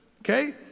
okay